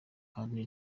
kandi